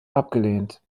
abgelehnt